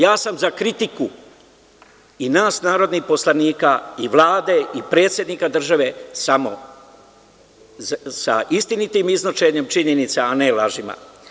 Ja sam za kritiku i nas narodnih poslanika i Vlade i predsednika države, samo sa istinitim iznošenjem činjenica, a ne lažima.